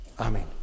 Amen